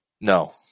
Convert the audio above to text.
No